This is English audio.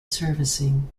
servicing